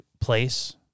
place